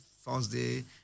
Thursday